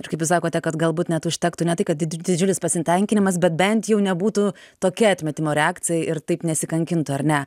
ir kaip jūs sakote kad galbūt net užtektų ne tai kad didžiulis pasitenkinimas bet bent jau nebūtų tokia atmetimo reakcija ir taip nesikankintų ar ne